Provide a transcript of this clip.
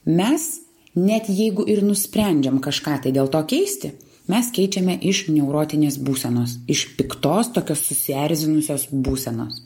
mes net jeigu ir nusprendžiam kažką dėl to keisti mes keičiame iš neurotinės būsenos iš piktos tokios susierzinusios būsenos